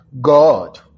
God